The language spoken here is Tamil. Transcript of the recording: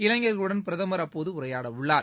இளைஞர்களுடன் பிரதமர் அப்போது உரையாடவுள்ளார்